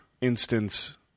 instance